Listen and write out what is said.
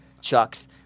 chucks